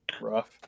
Rough